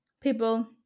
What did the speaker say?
people